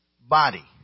body